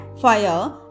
fire